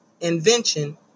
invention